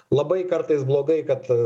labai kartais blogai kad